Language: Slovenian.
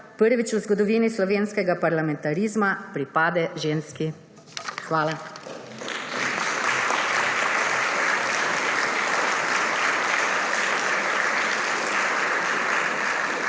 prvič v zgodovini slovenskega parlamentarizma pripade ženski. Hvala.